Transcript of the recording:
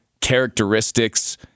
characteristics